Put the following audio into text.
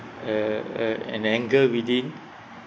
uh uh and anger within